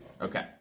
Okay